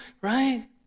right